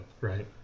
Right